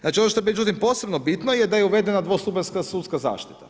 Znači ono što je međutim posebno bitno je da je uvedena dvostupanjska sudska zaštita.